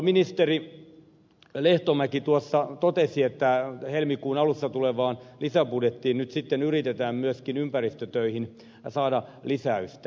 ministeri lehtomäki tuossa totesi että helmikuun alussa tulevaan lisäbudjettiin yritetään myöskin ympäristötöihin saada lisäystä